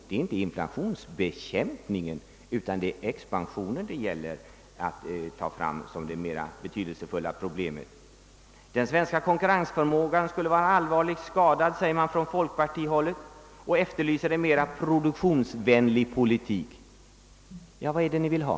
Det är inte inflationsbekämpningen utan expansionen som är det betydelsefullaste problemet nu. Den svenska konkurrensförmågan skulle vara allvarligt skadad, säger folkpartiet och efterlyser en mera produktionsvänlig politik. Vad vill ni ha?